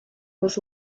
was